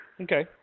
Okay